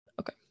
Okay